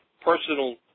personal